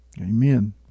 Amen